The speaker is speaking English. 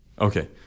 Okay